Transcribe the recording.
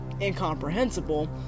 incomprehensible